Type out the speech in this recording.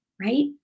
right